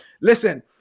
listen